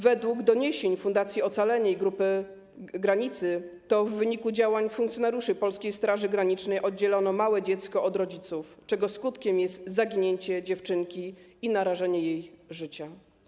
Według doniesień Fundacji Ocalenie i Grupy Granica w wyniku działań funkcjonariuszy polskiej Straży Granicznej oddzielono małe dziecko od rodziców, czego skutkiem jest zaginięcie dziewczynki i narażenie jej życia.